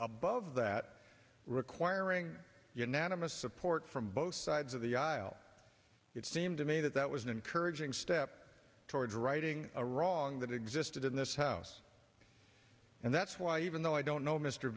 above that requiring unanimous support from both sides of the aisle it seemed to me that that was an encouraging step towards righting a wrong that existed in this house and that's why even though i don't know mr